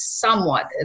somewhat